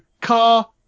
car